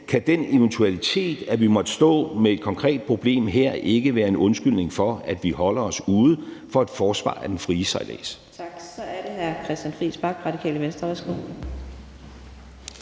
kan den eventualitet, at vi måtte stå med et konkret problem her, ikke være en undskyldning for, at vi holder os ude af et forsvar for den frie sejlads. Kl. 11:59 Fjerde næstformand (Karina Adsbøl):